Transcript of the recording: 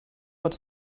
but